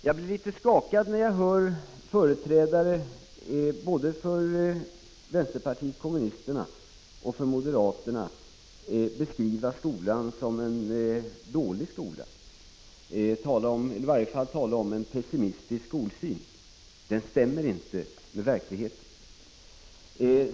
Jag blir litet skakad när jag hör företrädare för både vänsterpartiet kommunisterna och moderaterna beskriva skolan som dålig, eller i varje fall tala om en pessimistisk skolsyn. Det stämmer inte med verkligheten.